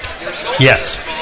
Yes